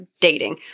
dating